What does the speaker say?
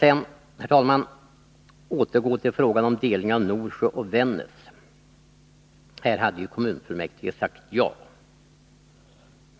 Låt mig återgå till frågan om delning av Norsjö och Vännäs. Kommunfullmäktige hade ju sagt ja.